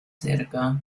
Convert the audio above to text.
cerca